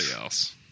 else